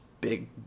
big